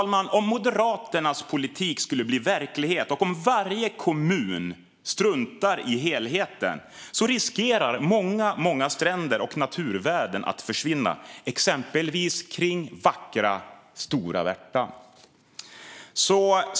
Om Moderaternas politik skulle bli verklighet, fru talman, och om varje kommun struntar i helheten riskerar många, många stränder och naturvärden att försvinna, exempelvis kring vackra Stora Värtan.